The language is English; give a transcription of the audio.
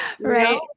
Right